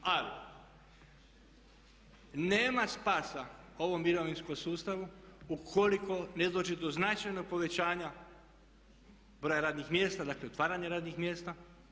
Ali nema spasa ovom mirovinskom sustavu ukoliko ne dođe do značajnog povećanja broja radnih mjesta, dakle otvaranja radnih mjesta.